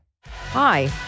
Hi